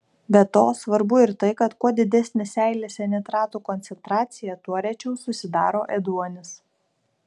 be to svarbu ir tai kad kuo didesnė seilėse nitratų koncentracija tuo rečiau susidaro ėduonis